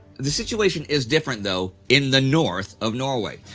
the situation is different, though, in the north of norway.